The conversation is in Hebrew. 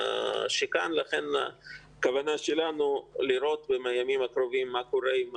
לכן הכוונה שלנו היא לראות בימים הקרובים מה קורה עם